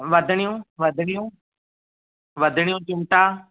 वधिणियूं वधिणियूं वधिणियूं चिमिटा